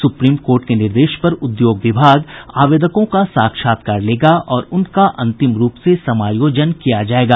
supreme court के निर्देश पर उद्योग विभाग आवेदकों का साक्षात्कार लेगा और उनका अंतिम रूप से समायोजन किया जायेगा